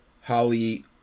Holly